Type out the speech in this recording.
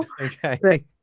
Okay